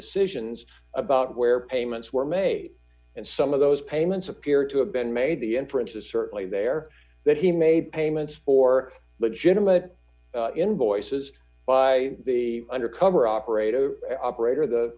decisions about where d payments were made and some of those payments appear to have been made the inference is certainly there that he made d payments for legitimate invoices by the undercover operator operator the